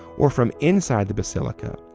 or from inside the basilica,